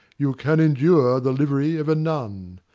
you can endure the livery of a nun,